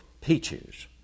peaches